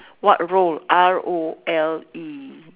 what role R O L E